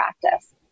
practice